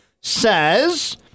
says